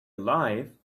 alive